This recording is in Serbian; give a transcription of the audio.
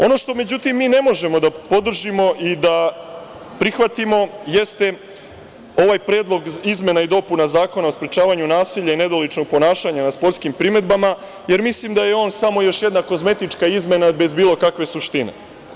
Ono što, međutim, mi ne možemo da podržimo i da prihvatimo, jeste ovaj Predlog izmena i dopuna Zakona o sprečavanju nasilja i nedoličnog ponašanja na sportskim priredbama, jer mislim da je on još samo jedna kozmetička izmena bez bilo kakve suštine.